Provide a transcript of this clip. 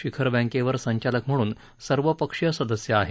शिखर बँकेवर संचालक म्हणून सर्वपक्षीय सदस्य आहेत